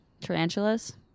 tarantulas